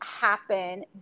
happen